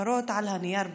כותרות על הנייר בלבד.